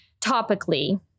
topically